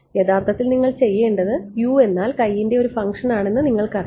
യഥാർത്ഥത്തിൽ നിങ്ങൾ ചെയ്യേണ്ടത് എന്നാൽ ൻറെ ഒരു ഫംഗ്ഷൻ ആണെന്ന് നിങ്ങൾക്കറിയാം